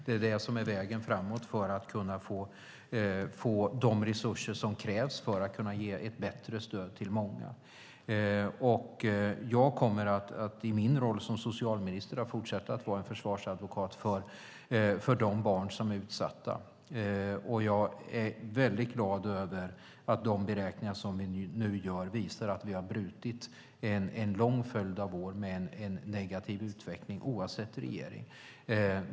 Det är det som är vägen framåt för att kunna få de resurser som krävs för att kunna ge ett bättre stöd till många. Jag kommer i min roll som socialminister att fortsätta vara en försvarsadvokat för de barn som är utsatta. Jag är väldigt glad över att de beräkningar som vi nu gör visar att vi har brutit en lång följd av år med en negativ utveckling, oavsett regering.